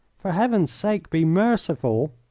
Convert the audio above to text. for heaven's sake be merciful!